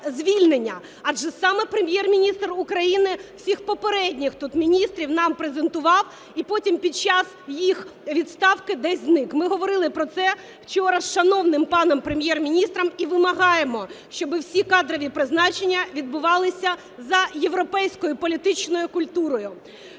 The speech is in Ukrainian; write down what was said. адже саме Прем'єр-міністр України всіх попередніх тут міністрів нам презентував і потім під час їх відставки десь зник. Ми говорили про це вчора з шановним паном Прем'єр-міністром і вимагаємо, щоб всі кадрові призначення відбувалися за європейською політичною культурою.